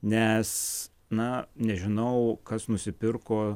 nes na nežinau kas nusipirko